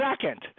second